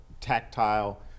tactile